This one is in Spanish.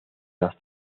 las